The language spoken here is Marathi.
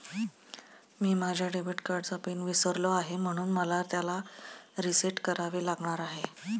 मी माझ्या डेबिट कार्डचा पिन विसरलो आहे म्हणून मला त्याला रीसेट करावे लागणार आहे